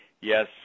yes